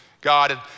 God